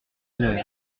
heures